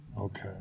Okay